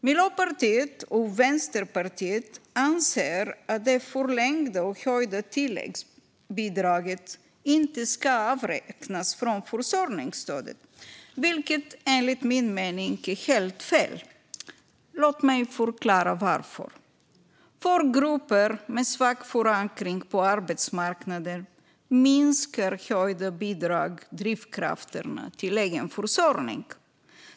Miljöpartiet och Vänsterpartiet anser att det förlängda och höjda tilläggsbidraget inte ska avräknas från försörjningsstödet, vilket enligt min mening är helt fel. Låt mig förklara varför. För grupper med svag förankring på arbetsmarknaden minskar höjda bidrag drivkrafterna till egen försörjning.